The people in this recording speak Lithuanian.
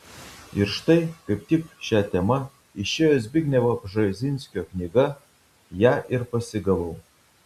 ir štai kaip tik šia tema išėjo zbignevo bžezinskio knyga ją ir pasigavau